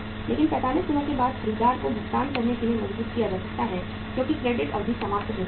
केवल 45 दिनों के बाद ही खरीदार को भुगतान करने के लिए मजबूर किया जा सकता है क्योंकि क्रेडिट अवधि समाप्त हो गई है